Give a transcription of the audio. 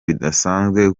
bidasanzwe